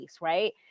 right